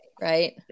right